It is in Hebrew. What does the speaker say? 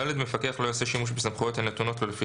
(ד)מפקח לא יעשה שימוש בסמכויות הנתונות לו לפי